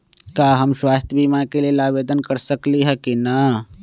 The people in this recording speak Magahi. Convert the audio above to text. का हम स्वास्थ्य बीमा के लेल आवेदन कर सकली ह की न?